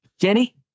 Jenny